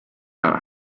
that